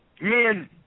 men